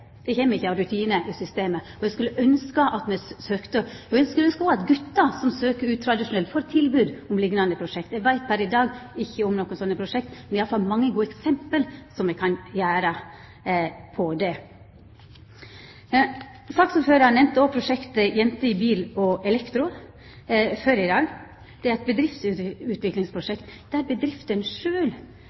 Det kjem ikkje av rutine i systemet. Eg skulle ønskja at òg gutar som søkjer utradisjonelt, fekk tilbod om liknande prosjekt. Eg veit pr. i dag ikkje om nokon slike prosjekt, men me har i alle fall mange gode eksempel på kva me kan gjera. Saksordføraren nemnde òg prosjektet Jenter i Bil & Elektro før i dag. Det er eit bedriftsutviklingsprosjekt, der